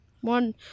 One